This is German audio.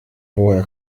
woher